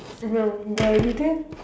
no the you just